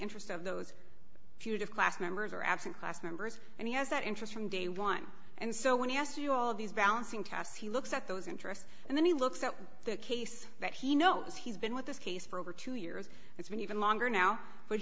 interest of those feud of class members or absent class members and he has that interest from day one and so when he asks you all of these balancing tests he looks at those interests and then he looks at the case that he knows he's been with this case for over two years it's been even longer now but